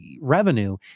revenue